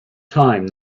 time